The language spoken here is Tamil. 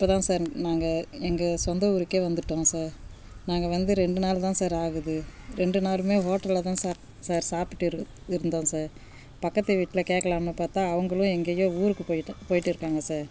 இப்போ தான் சார் நாங்கள் எங்கள் சொந்த ஊருக்கே வந்துவிட்டோம் சார் நாங்கள் வந்து ரெண்டு நாள் தான் சார் ஆகுது ரெண்டு நாளுமே ஹோட்டலில் தான் சாப் சார் சாப்பிட்டு இரு இருந்தோம் சார் பக்கத்து வீட்டில கேட்கலான்னு பார்த்தா அவங்களும் எங்கையோ ஊருக்கு போயிட்டு போயிட்டுருக்காங்க சார்